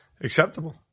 acceptable